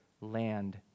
land